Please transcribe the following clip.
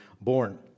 born